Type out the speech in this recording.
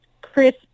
Chris